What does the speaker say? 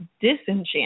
Disenchanted